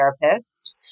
therapist